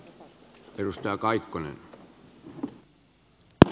arvoisa puhemies